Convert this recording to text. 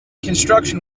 construction